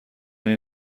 این